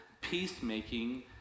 peacemaking